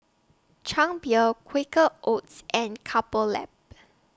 Chang Beer Quaker Oats and Couple Lab